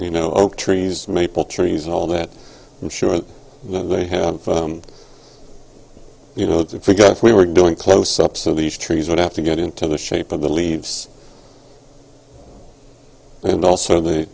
you know oak trees maple trees and all that i'm sure they have you know they forgot we were doing close up so these trees would have to get into the shape of the leaves and also the